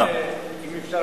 אם אפשר,